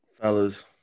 Fellas